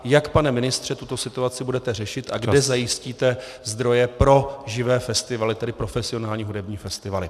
Jak, pane ministře, tuto situaci budete řešit a kde zajistíte zdroje pro živé festivaly, tedy profesionální hudební festivaly?